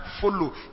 Follow